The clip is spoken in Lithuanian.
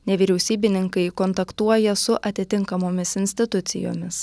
nevyriausybininkai kontaktuoja su atitinkamomis institucijomis